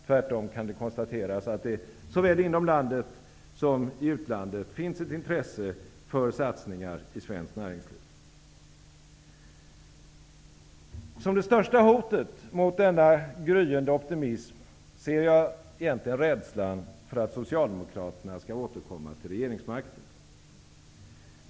Tvärtom kan konstateras att det såväl inom landet som i utlandet finns ett intresse för satsningar på svenskt näringsliv. Som det största hotet mot denna gryende optimism ser jag rädslan för att Socialdemokraterna skall återkomma till regeringsmakten.